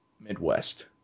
Midwest